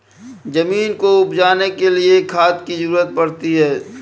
ज़मीन को उपजाने के लिए खाद की ज़रूरत पड़ती है